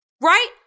right